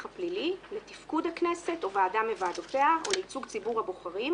הפלילי לתפקוד הכנסת או ועדה מוועדותיה או לייצוג ציבור הבוחרים,